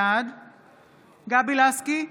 בעד גבי לסקי,